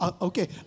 okay